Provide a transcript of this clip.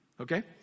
okay